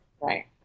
Right